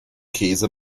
käse